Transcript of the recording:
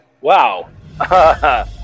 wow